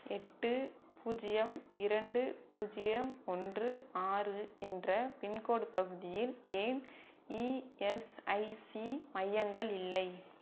எட்டு பூஜ்ஜியம் இரண்டு பூஜ்ஜியம் ஓன்று ஆறு என்ற பின்கோடு பகுதியில் ஏன் இஎஸ்ஐசி மையங்கள் இல்லை